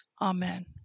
amen